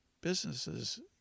businesses